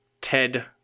Ted